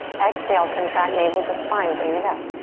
exhale, contract navel to spine, bring it up.